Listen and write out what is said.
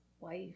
wife